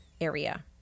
area